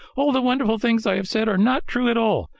all the wonderful things i have said are not true at all.